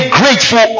grateful